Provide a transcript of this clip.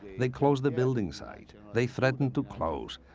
they close the building site they threaten to close,